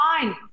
fine